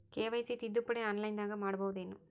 KYC ತಿದ್ದುಪಡಿ ಆನ್ಲೈನದಾಗ್ ಮಾಡ್ಬಹುದೇನು?